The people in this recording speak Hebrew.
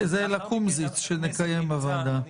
זה לקומזיץ שנקיים בוועדה.